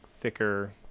thicker